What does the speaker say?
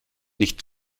nicht